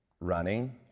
running